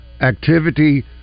Activity